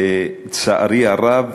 לצערי הרב,